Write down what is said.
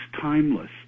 timeless